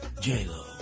J-Lo